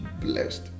blessed